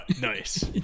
Nice